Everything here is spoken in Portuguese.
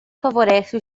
favorece